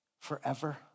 forever